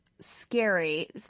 Scary